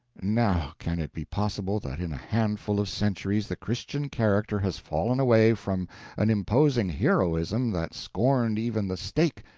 now, can it be possible that in a handful of centuries the christian character has fallen away from an imposing heroism that scorned even the stake,